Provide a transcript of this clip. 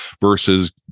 versus